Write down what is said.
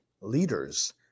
leaders